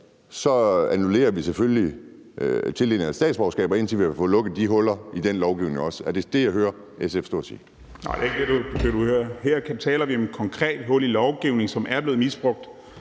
så annullerer vi selvfølgelig tildelingen af statsborgerskaber, indtil vi har fået lukket de huller i den lovgivning også. Er det det, jeg hører SF stå og sige? Kl. 17:22 Serdal Benli (SF): Nej, det er ikke det, jeg siger. Her taler vi om et konkret hul i lovgivningen, som er blevet misbrugt